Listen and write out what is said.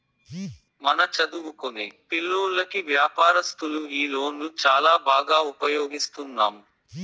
మన చదువుకొనే పిల్లోల్లకి వ్యాపారస్తులు ఈ లోన్లు చాలా బాగా ఉపయోగిస్తున్నాము